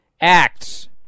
acts